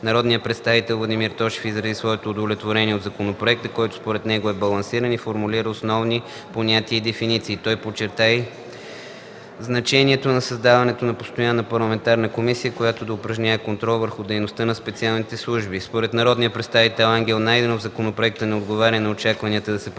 Народният представител Владимир Тошев изрази своето удовлетворение от законопроекта, който според него е балансиран и формулира основни понятия и дефиниции. Той подчерта и значението на създаването на постоянна парламентарна комисия, която да упражнява контрол върху дейността на специалните служби. Според народния представител Ангел Найденов законопроектът не отговаря на очакванията да се превърне